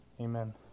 Amen